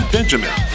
Benjamin